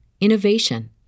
innovation